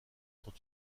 sont